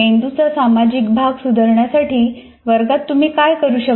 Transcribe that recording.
मेंदूचा सामाजिक भाग सुधारण्यासाठी वर्गात तुम्ही काय करू शकता